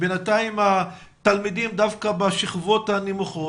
בינתיים התלמידים דווקא בשכבות הנמוכות